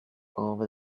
over